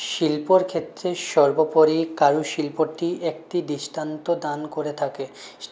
শিল্পর ক্ষেত্রে সর্বোপরি কারু শিল্পটি একটি দৃষ্টান্ত দান করে থাকে